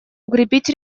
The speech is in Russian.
укрепить